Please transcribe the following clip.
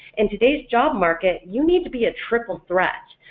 in today's job market you need to be a triple-threat.